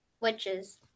Witches